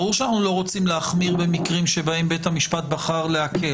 ברור שאנחנו לא רוצים להחמיר במקרים שבהם בית המשפט בחר להקל,